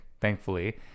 thankfully